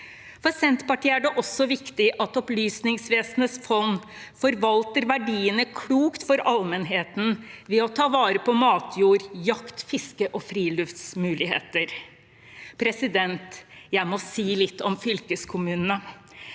For Senterpartiet er det også viktig at Opplysningsvesenets fond forvalter verdiene klokt for allmennheten ved å ta vare på matjord, jakt, fiske og friluftsmuligheter. Jeg må si litt om fylkeskommunene.